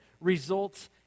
results